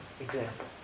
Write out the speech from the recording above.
example